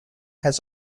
has